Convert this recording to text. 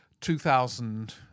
2000